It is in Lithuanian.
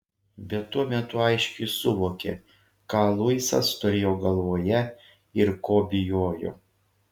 bet tuo metu aiškiai suvokė ką luisas turėjo galvoje ir ko bijojo